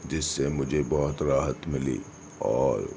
جس سے مجھے بہت راحت ملی اور